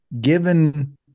given